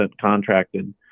contracted